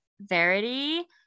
Verity